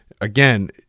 Again